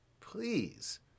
please